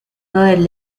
del